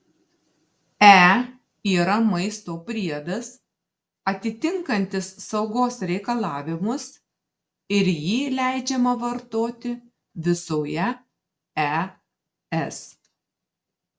e yra maisto priedas atitinkantis saugos reikalavimus ir jį leidžiama vartoti visoje es